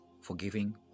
forgiving